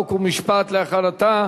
חוק ומשפט נתקבלה.